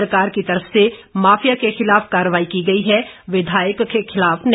सरकार की तरफ से माफिया के खिलाफ कार्रवाई की गई है विधायक के खिलाफ नहीं